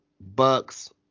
Bucks